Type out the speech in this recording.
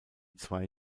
zwei